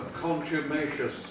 contumacious